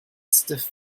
stuff